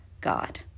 God